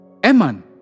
Eman